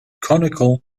conical